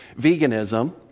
veganism